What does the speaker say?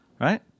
right